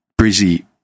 Brizzy